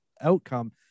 outcome